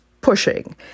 pushing